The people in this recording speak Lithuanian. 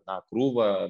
na krūvą